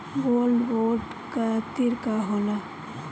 Gold bond करतिं का होला?